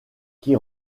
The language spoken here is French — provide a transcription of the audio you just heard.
qui